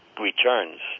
returns